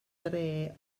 dre